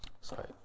Sorry